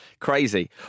Crazy